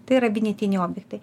tai yra vienetiniai objektai